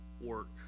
work